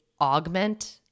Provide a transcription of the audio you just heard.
augment